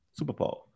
superpower